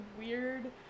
weird